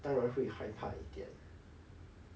当然会害怕一点